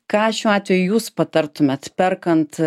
ką šiuo atveju jūs patartumėt perkant